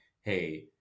hey